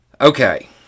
Okay